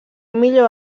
millor